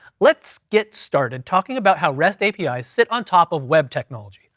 let's get started talking about how rest apis sit on top of web technology,